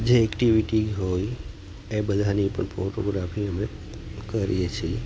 જે એક્ટિવિટી હોય એ બધાની ઉપર ફોટોગ્રાફી અમે કરીએ છીએ